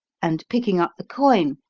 and, picking up the coin,